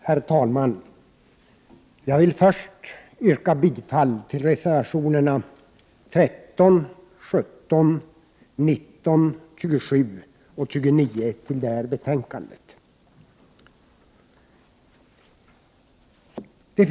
Herr talman! Jag yrkar bifall till reservationerna 13, 17, 19, 27 och 29 i betänkandet.